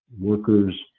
workers